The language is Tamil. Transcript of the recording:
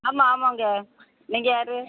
ஆமாம் ஆமாங்க நீங்கள் யார்